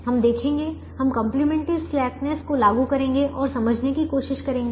हम देखेंगे हम कंप्लीमेंट्री स्लैकनेस को लागू करेंगे और समझने की कोशिश करेंगे